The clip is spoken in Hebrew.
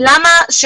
למה?